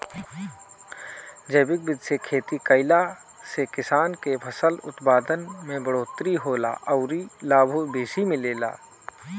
जैविक विधि से खेती कईला से किसान के फसल उत्पादन में बढ़ोतरी होला अउरी लाभो बेसी मिलेला